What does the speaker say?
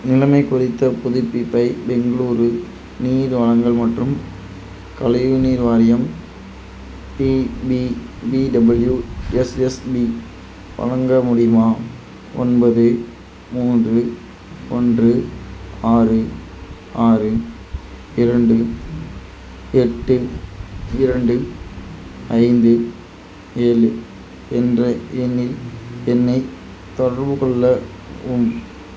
நிலைமை குறித்த புதுப்பிப்பை பெங்களூரு நீர் வழங்கல் மற்றும் கழிவு நீர் வாரியம் B D D W S S B வழங்க முடியுமா ஒன்பது மூன்று ஒன்று ஆறு ஆறு இரண்டு எட்டு இரண்டு ஐந்து ஏழு என்ற எண்ணில் என்னைத் தொடர்புகொள்ளவும்